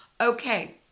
okay